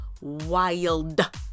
wild